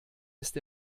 ist